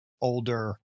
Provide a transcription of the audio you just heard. older